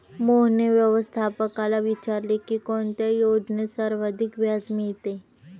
मोहनने व्यवस्थापकाला विचारले की कोणत्या योजनेत सर्वाधिक व्याज मिळेल?